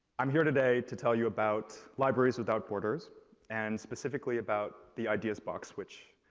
i'm here today to tell you about libraries without borders and specifically about the ideas box which